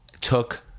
took